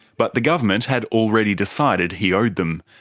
but the government had already decided he owed them,